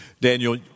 Daniel